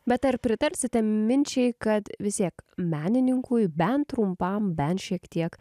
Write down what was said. bet ar pritarsite minčiai kad vis tiek menininkui bent trumpam bent šiek tiek